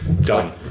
Done